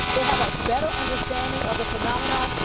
they have a better understanding of the phenomenon.